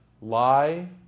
lie